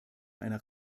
einer